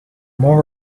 more